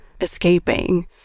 escaping